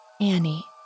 Annie